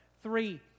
Three